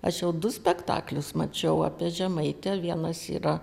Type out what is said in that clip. aš jau du spektaklius mačiau apie žemaitę vienas yra